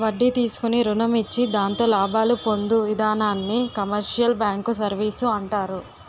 వడ్డీ తీసుకుని రుణం ఇచ్చి దాంతో లాభాలు పొందు ఇధానాన్ని కమర్షియల్ బ్యాంకు సర్వీసు అంటారు